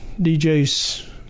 DJ's